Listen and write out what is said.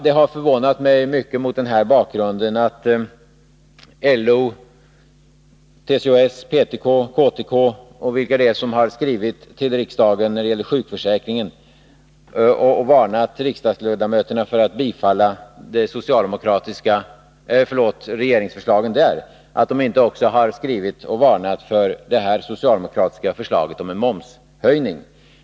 Det har förvånat mig mycket mot denna bakgrund att LO, TCO-S, PTK, KTK, och vilka det är som har skrivit till riksdagsledamöterna när det gäller sjukförsäkringen och varnat dem för att bifalla regeringsförslagen på den punkten, inte också har skrivit och varnat för det socialdemokratiska förslaget om momshöjning.